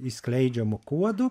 išskleidžiamu kuodu